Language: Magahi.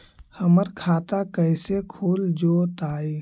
हमर खाता कैसे खुल जोताई?